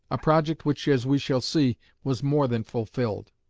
a project which as we shall see was more than fulfilled.